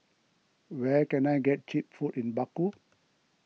where can I get Cheap Food in Baku